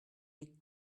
les